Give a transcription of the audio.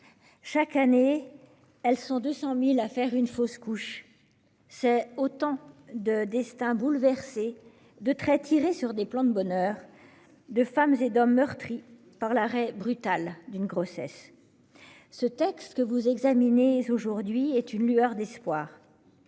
chaque année, 200 000 femmes font face à une fausse couche. C'est autant de destins bouleversés, de traits tirés sur des plans de bonheur, de femmes et d'hommes meurtris par l'arrêt brutal d'une grossesse. Le texte que vous examinez aujourd'hui est une lueur d'espoir.